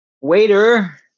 waiter